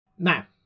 Now